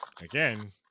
again